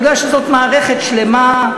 מפני שזו מערכת שלמה,